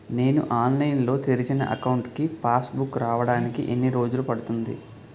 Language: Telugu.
నేను ఆన్లైన్ లో తెరిచిన అకౌంట్ కి పాస్ బుక్ రావడానికి ఎన్ని రోజులు పడుతుంది?